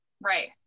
Right